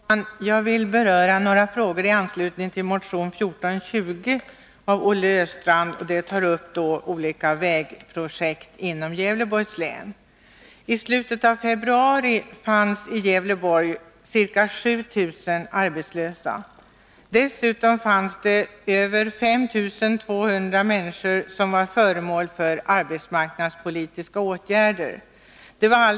Herr talman! Jag vill beröra några frågor i anslutning till motion 1420 av Olle Östrand m.fl., som tar upp olika vägprojekt inom Gävleborgs län. Islutet av februari fanns i Gävleborg 6 935 arbetslösa. Dessutom var 5 282 personer föremål för arbetsmarknadspolitiska åtgärder.